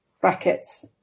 brackets